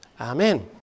amen